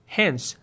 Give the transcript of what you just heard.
hence